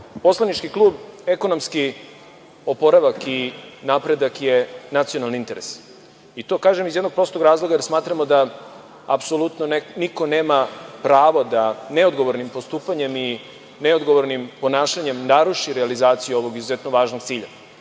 poslanički klub ekonomski oporavak i napredak je nacionalni interes i to kažem iz jednog prostog razloga jer smatramo da apsolutno niko nema pravo da neodgovornim postupanjem i neodgovornim ponašanjem naruši realizaciju ovog izuzetno važnog cilja.